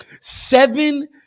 seven